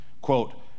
Quote